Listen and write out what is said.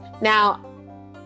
Now